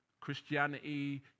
Christianity